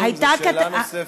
זה שאלה נוספת.